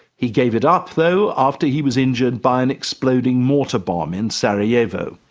he gave it up though after he was injured by an exploding mortar bomb in sarajevo.